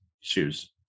shoes